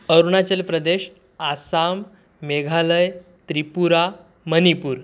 Arunachal Pradesh Assam Meghalaya Tripura Manipur